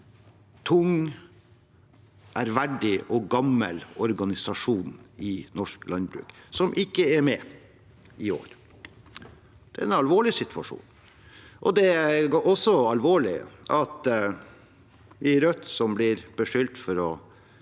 tung, ærverdig og gammel organisasjon i norsk landbruk, som ikke er med i år. Det er en alvorlig situasjon. Det er også alvorlig at Rødt blir beskyldt for å